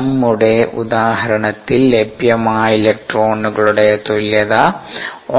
നമ്മളുടെ ഉദാഹരണത്തിൽ ലഭ്യമായ ഇലക്ട്രോണുകളുടെ തുല്യത